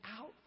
out